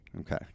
Okay